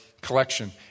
collection